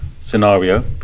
scenario